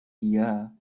year